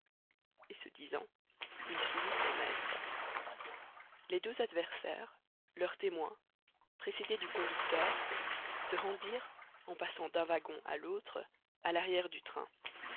et ce disant il suivit son maître les deux adversaires leurs témoins précédés du conducteur se rendirent en passant d'un wagon à l'autre à l'arrière du train